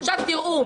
תראו,